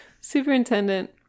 superintendent